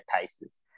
paces